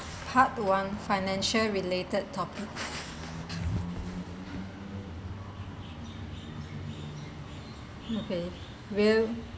part one financial related topic okay will